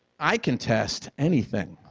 i can test anything.